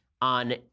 on